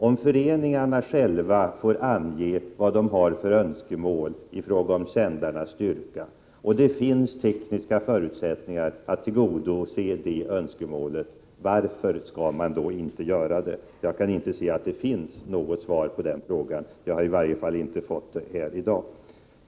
Om föreningarna själva får ange vad de har för önskemål i fråga om sändarnas styrka och det finns tekniska förutsättningar att tillgodose de önskemålen, varför skall man då inte göra det? Jag har i varje fall inte fått något svar på den frågan här i dag.